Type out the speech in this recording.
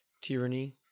tyranny